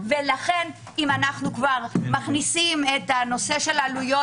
לכן אם אנחנו מכניסים את הנושא של העלויות